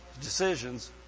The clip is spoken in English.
decisions